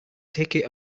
ticket